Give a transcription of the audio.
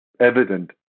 evident